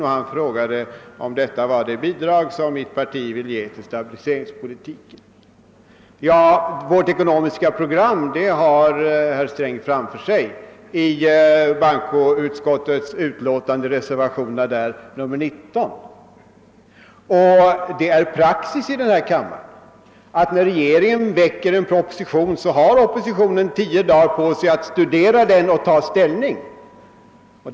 Finansministern frågade, om detta var det bidrag som mitt parti ville ge till stabiliseringspolitiken. Vårt ekonomiska program har herr Sträng framför sig i våra reservationer till bankoutskottets utlåtande nr 19. Det är praxis i denna kammare, att när regeringen lägger fram en proposition så har Ooppositionen tio dagar på sig att studera och ta ställning till den.